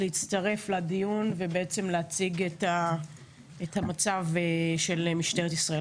להצטרף לדיון ולהציג את המצב של משטרת ישראל.